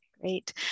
Great